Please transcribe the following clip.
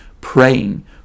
praying